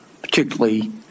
particularly